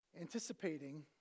anticipating